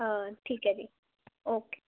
ਹਾਂ ਠੀਕ ਹੈ ਜੀ ਓਕੇ